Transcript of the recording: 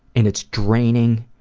and it's draining,